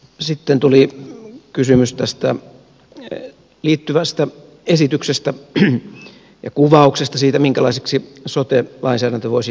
sitten tuli kysymys tähän liittyvästä esityksestä ja kuvauksesta siitä minkälaiseksi sote lainsäädäntö voisi muovautua